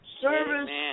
Service